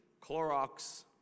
Clorox